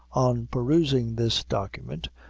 on perusing this document,